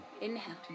Inhale